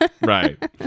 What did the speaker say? right